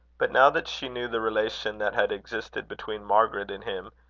but now that she knew the relation that had existed between margaret and him,